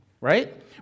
right